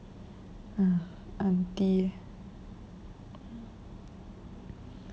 aunty